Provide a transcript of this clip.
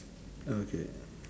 okay